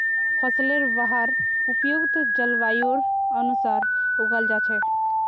फसलेर वहार उपयुक्त जलवायुर अनुसार उगाल जा छेक